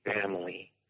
family